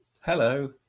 Hello